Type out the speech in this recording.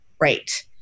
Right